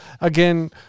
again